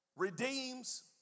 Redeems